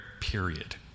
period